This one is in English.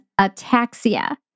ataxia